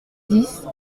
dix